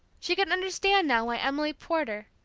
she could understand now why emily porter,